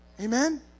Amen